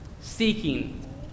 seeking